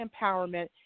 empowerment